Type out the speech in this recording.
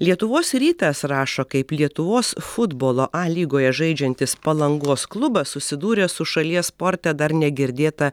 lietuvos rytas rašo kaip lietuvos futbolo a lygoje žaidžiantis palangos klubas susidūrė su šalies sporte dar negirdėta